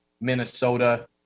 Minnesota